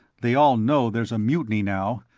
they all know there's a mutiny now.